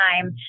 time